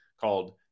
called